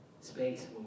space